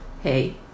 hey